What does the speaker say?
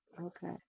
okay